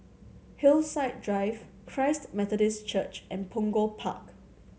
Hillside Drive Christ Methodist Church and Punggol Park